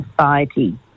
Society